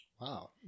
Wow